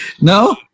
No